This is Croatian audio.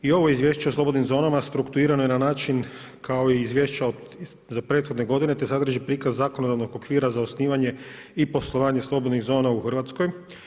I ovo izvješće o slobodnim zonama strukturirano je na način kao i izvješća za prethodne godine te sadrži prikaz zakonodavnog okvira za osnivanje i poslovanje slobodnih zona u Hrvatskoj.